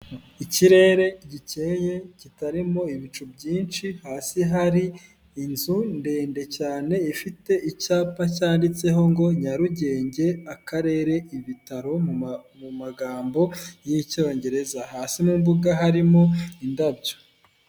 Ikirere gikeye kitarimo ibicu byinshi, hasi hari inzu ndende cyane ifite icyapa cyanditseho ngo Nyarugenge, akarere, ibitaro mu magambo y'Icyongereza hasi n'imbuga harimo indabyo.